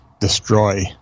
destroy